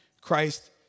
Christ